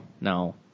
no